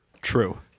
True